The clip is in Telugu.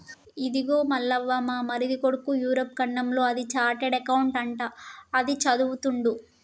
ఇదిగో మల్లవ్వ మా మరిది కొడుకు యూరప్ ఖండంలో అది చార్టెడ్ అకౌంట్ అంట అది చదువుతుండు